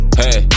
hey